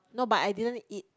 no but I didn't eat